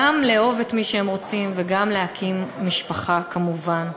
גם לאהוב את מי שהם רוצים וגם להקים משפחה, כמובן.